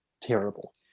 terrible